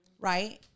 Right